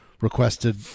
requested